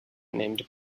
named